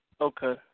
Okay